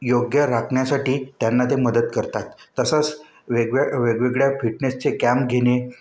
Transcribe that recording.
योग्य राखण्यासाठी त्यांना ते मदत करतात तसंच वेगळ्या वेगवेगळ्या फिटनेसचे कॅम्प घेणे